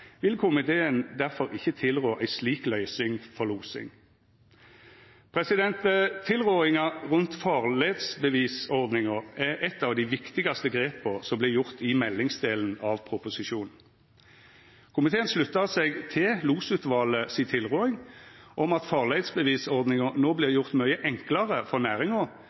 vil komiteen derfor ikkje tilrå ei slik løysing for losing. Tilrådinga rundt farleisbevisordninga er eit av dei viktigaste grepa som vert gjort i meldingsdelen av proposisjonen. Komiteen sluttar seg til Losutvalet si tilråding om at farleisbevisordninga no vert gjort mykje enklare for næringa,